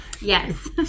Yes